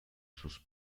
sus